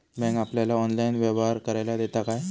Bank आपल्याला online व्यवहार करायला देता काय?